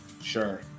sure